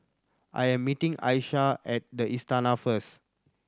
I am meeting Ayesha at The Istana first